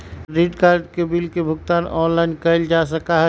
credit card के bill के भुगतान ऑनलाइन कइल जा सका हई